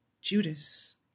Judas